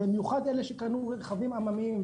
במיוחד אלה שקנו רכבים עממיים.